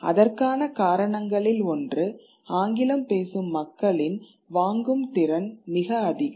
அதற்கான காரணங்களில் ஒன்று ஆங்கிலம் பேசும் மக்களின் வாங்கும் திறன் மிக அதிகம்